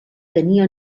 tenia